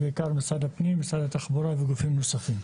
משרד הפנים, משרד התחבורה וגופים נוספים.